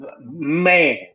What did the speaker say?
man